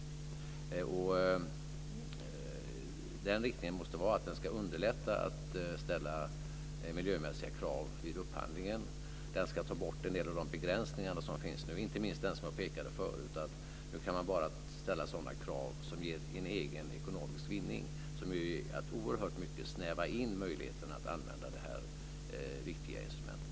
Vi måste gå i riktning mot att underlätta för upphandlaren att ställa miljömässiga krav vid upphandlingen. Vi ska ta bort en del av de begränsningar som finns nu - inte minst den som jag pekade på förut. Nu kan man bara ställa sådana krav som leder till en egen ekonomisk vinning. Det är att oerhört mycket snäva in möjligheterna att använda detta viktiga instrument.